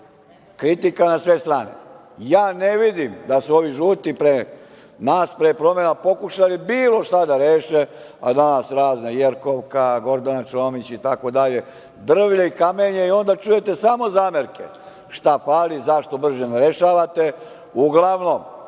kritika na sve strane. Ja ne vidim da su ovi žute pre nas, pre promena pokušali bilo šta da reše a danas razne, Jerkovka, Gordana Čomić itd. drvlje i kamenje i onda čujete samo zamerke, šta fali, zašto brže ne rešavate. Uglavnom